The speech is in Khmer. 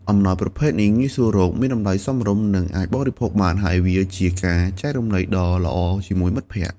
អំណោយប្រភេទនេះងាយស្រួលរក មានតម្លៃសមរម្យ និងអាចបរិភោគបាន ហើយវាជាការចែករំលែកដ៏ល្អជាមួយមិត្តភក្តិ។